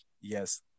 yes